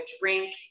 drink